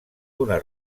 d’una